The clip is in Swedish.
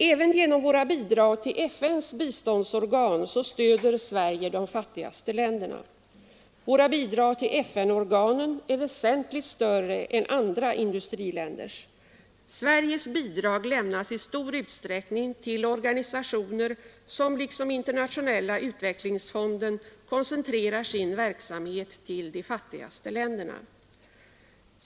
Även genom våra bidrag till FN:s biståndsorgan stöder Sverige de fattigaste länderna. Våra bidrag till FN-organen är väsentligt större än andra industriländers. Sveriges bidrag lämnas i stor utsträckning till organisationer som liksom Internationella utvecklingsfonden koncentrerar sin verksamhet till de fattigaste länderna.